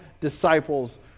disciples